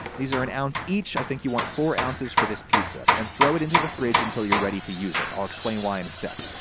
these are an ounce each i think you want four ounces for this pizza. and throw into the fridge until you're ready to use it. i'll explain why in a sec.